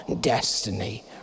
destiny